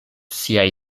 siaj